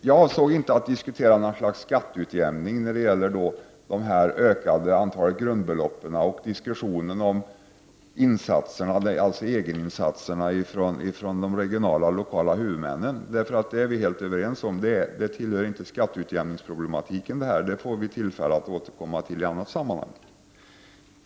Jag avsåg inte att diskutera något slags skatteutjämning när det gäller det ökade antalet grundbelopp och diskussionen om de lokala och regionala huvudmännens egna insatser. Vi är nämligen helt överens om att detta inte har med skatteutjämningsproblematiken att göra, utan det är något som vi får tillfälle att återkomma till i ett annat sammanhang.